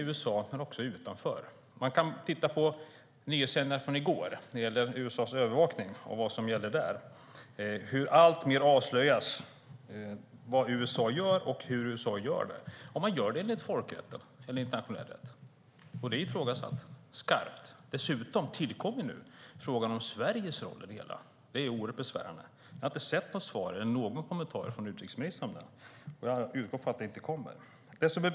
USA:s övervakning togs upp i gårdagens nyhetssändningar, och alltmer avslöjas om vad USA gör och hur USA gör det. Följer USA folkrätt och internationell rätt? Det är rejält ifrågasatt. Dessutom har frågan om Sveriges roll tillkommit, vilket är mycket besvärande. Jag har dock inte sett något svar eller någon kommentar från utrikesministern, och jag utgår från att det inte heller kommer.